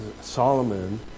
Solomon